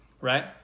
right